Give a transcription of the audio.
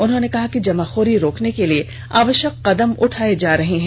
उन्होंने कहा कि जमाखोरी रोकने के लिए आवष्यक कदम उठाए जा रहे हैं